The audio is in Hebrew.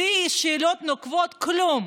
בלי שאלות נוקבות, כלום.